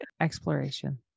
Exploration